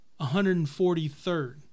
143rd